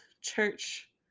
church